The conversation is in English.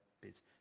bits